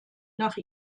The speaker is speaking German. nach